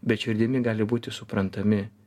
bet širdimi gali būti suprantami